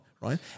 right